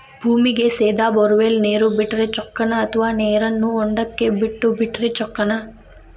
ಭೂಮಿಗೆ ಸೇದಾ ಬೊರ್ವೆಲ್ ನೇರು ಬಿಟ್ಟರೆ ಚೊಕ್ಕನ ಅಥವಾ ನೇರನ್ನು ಹೊಂಡಕ್ಕೆ ಬಿಟ್ಟು ಬಿಟ್ಟರೆ ಚೊಕ್ಕನ?